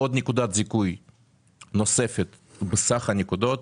עוד נקודת זיכוי נוספת בסך הנקודות,